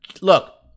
look